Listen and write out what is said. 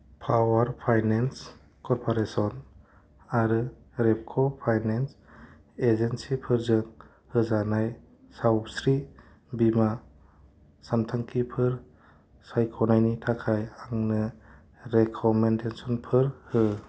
power finance corporation आरो रेपक' finance एजेन्सिफोरजों होजानाय सावस्रि बीमा सानथांखिफोर सायख'नायनि थाखाय आंनो रेकमेन्डेसनफोर हो